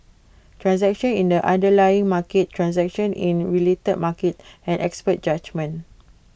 transactions in the underlying market transactions in related markets and expert judgement